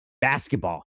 basketball